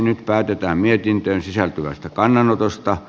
nyt päätetään mietintöön sisältyvästä kannanotosta